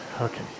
okay